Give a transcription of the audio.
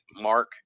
Mark